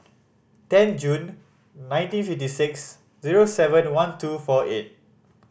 ten June nineteen fifty six zero seven one two four eight